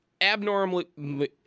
abnormally